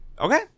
Okay